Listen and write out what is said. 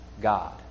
God